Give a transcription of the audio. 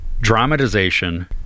dramatization